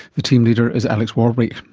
the team leader is alex swarbrick.